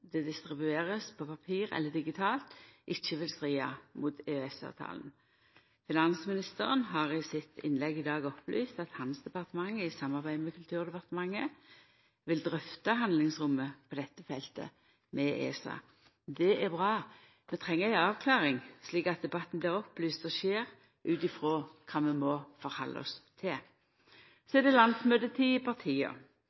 det blir distribuert på papir eller digitalt, ikkje vil strida mot EØS-avtalen. Finansministeren har i sitt innlegg i dag opplyst at hans departement, i samarbeid med Kulturdepartementet, vil drøfta handlingsrommet på dette feltet med ESA. Det er bra. Vi treng ei avklaring, slik at debatten blir opplyst og skjer ut frå kva vi må halda oss til.